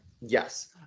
Yes